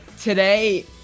Today